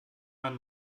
man